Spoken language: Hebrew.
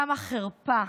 כמה חרפה.